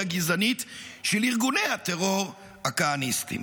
הגזענית של ארגוני הטרור הכהניסטים.